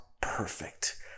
perfect